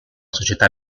società